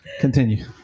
continue